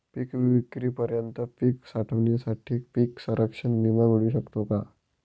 पिकविक्रीपर्यंत पीक साठवणीसाठी पीक संरक्षण विमा मिळू शकतो का?